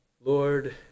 Lord